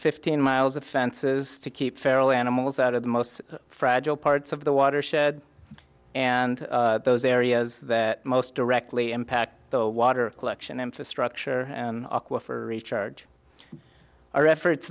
fifteen miles of fences to keep feral animals out of the most fragile parts of the watershed and those areas that most directly impact the water collection infrastructure and aquifer recharge our efforts